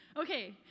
Okay